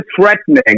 threatening